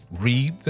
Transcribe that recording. Read